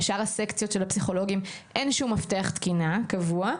לשאר הסקציות של הפסיכולוגים אין שום מפתח תקינה קבוע,